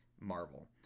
Marvel